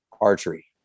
archery